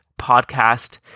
podcast